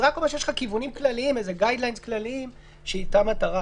זה רק אומר שיש לך כיוונים כלליים שאיתם אתה רץ.